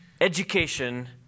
education